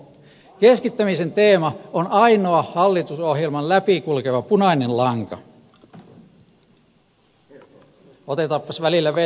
keskittämisen teema on ainoa hallitusohjelman läpi kulkeva punainen lanka